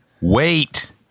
wait